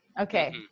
Okay